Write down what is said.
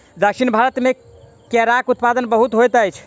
दक्षिण भारत मे केराक उत्पादन बहुत होइत अछि